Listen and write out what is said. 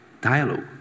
dialogue